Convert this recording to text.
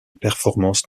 performance